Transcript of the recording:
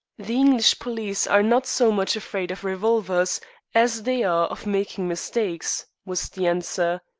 the english police are not so much afraid of revolvers as they are of making mistakes, was the answer.